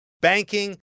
Banking